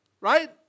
right